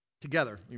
together